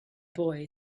boy